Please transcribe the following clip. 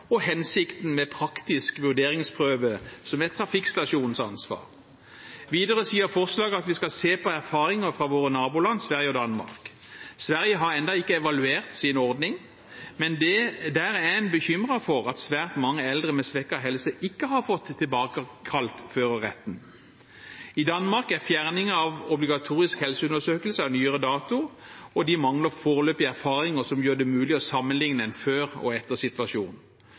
og hensikten med en praktisk vurderingsprøve, som er trafikkstasjonens ansvar. Videre sier forslaget at vi skal se på erfaringer fra våre naboland, Sverige og Danmark. Sverige har ennå ikke evaluert sin ordning, men der er en bekymret for at svært mange eldre med svekket helse ikke har fått tilbakekalt førerretten. I Danmark er fjerning av obligatorisk helseundersøkelse av nyere dato, og de mangler foreløpig erfaringer som gjør det mulig å sammenlikne en før- og